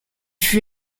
fut